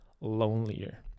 lonelier